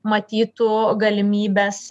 matytų galimybes